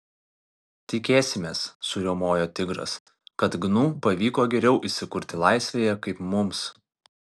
tikėsimės suriaumojo tigras kad gnu pavyko geriau įsikurti laisvėje kaip mums